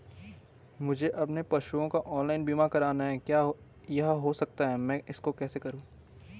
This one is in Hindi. मुझे अपने पशुओं का ऑनलाइन बीमा करना है क्या यह हो सकता है मैं इसको कैसे करूँ?